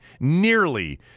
nearly